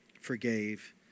forgave